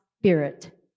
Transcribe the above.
spirit